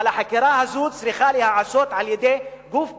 אבל החקירה הזאת צריכה להיעשות על-ידי גוף בין-לאומי.